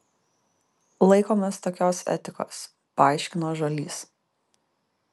laikomės tokios etikos paaiškino žuolys